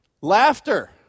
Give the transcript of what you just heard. Laughter